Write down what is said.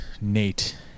Nate